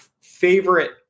favorite